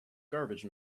garbage